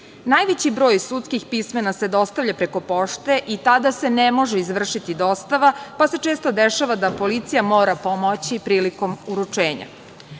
broj sudskih pismena se dostavlja preko pošte i tada se ne može izvršiti dostava, pa se često dešava da policija mora pomoći prilikom uručenja. Važno